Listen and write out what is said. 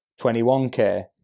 21k